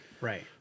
right